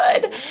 good